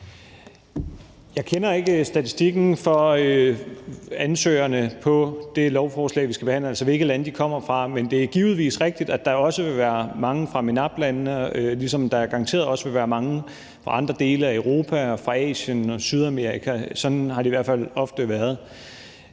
Jeg kender ikke statistikken for ansøgerne på det lovforslag, vi behandler, altså hvilke lande de kommer fra, men det er givetvis rigtigt, at der også vil være mange fra MENAPT-landene, ligesom der garanteret også vil være mange fra andre dele af Europa og fra Asien og Sydamerika. Sådan har det i hvert fald ofte været.